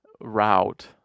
route